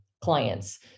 clients